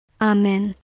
Amen